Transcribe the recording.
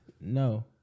No